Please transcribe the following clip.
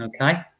Okay